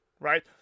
right